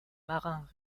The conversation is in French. marins